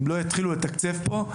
אם לא יתחילו לתקצב פה,